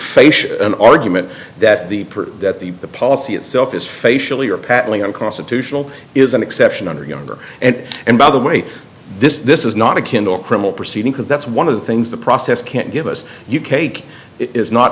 facial argument that the person that the policy itself is facially are patently unconstitutional is an exception under younger and and by the way this is not a candle criminal proceeding because that's one of the things the process can't give us you cake is not